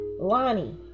lonnie